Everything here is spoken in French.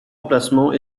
emplacement